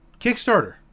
Kickstarter